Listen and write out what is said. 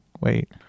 Wait